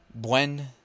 buen